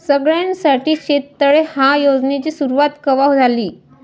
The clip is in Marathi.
सगळ्याइसाठी शेततळे ह्या योजनेची सुरुवात कवा झाली?